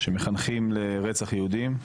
שמחנכים לרצח יהודים,